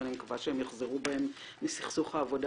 אני מקווה שהם יחזרו בהם מסכסוך העבודה